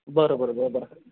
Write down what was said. बरं बरं बरं बरं